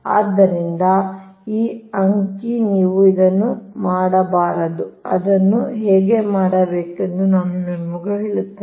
ಆದ್ದರಿಂದ ಈ ಅಂಕಿ ನೀವು ಇದನ್ನು ಮಾಡಬಾರದು ಅದನ್ನು ಹೇಗೆ ಮಾಡಬೇಕೆಂದು ನಾನು ನಿಮಗೆ ಹೇಳುತ್ತೇನೆ